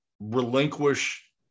relinquish